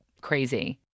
crazy